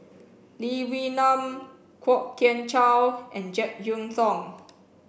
Lee Wee Nam Kwok Kian Chow and Jek Yeun Thong